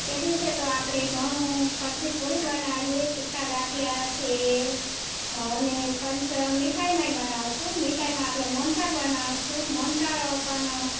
તે દિવસે તો આપણે ઘણું ફરસી પૂરી બનાવીએ તીખા ગાંઠિયા સેવ અને પન્સ મીઠાઇમાંએ બનાવસું મીઠાઇમાં આપણે મોનથાર બનાવશું મોનથાર ઉપરનો